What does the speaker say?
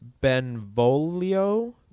Benvolio